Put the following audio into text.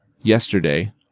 yesterday